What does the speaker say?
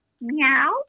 meow